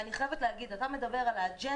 אני חייבת להגיד, אתה מדבר על אג'נדה.